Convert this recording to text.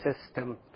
system